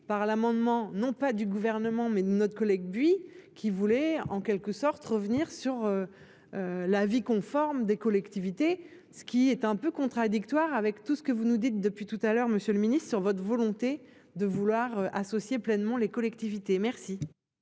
par l'amendement. Non pas du gouvernement mais notre collègue buis qui voulait en quelque sorte revenir sur. L'avis conforme des collectivités, ce qui est un peu contradictoire avec tout ce que vous nous dites depuis tout à l'heure Monsieur le Ministre sur votre volonté de vouloir associer pleinement les collectivités merci.